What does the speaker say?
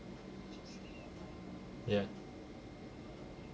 ya